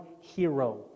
hero